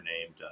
named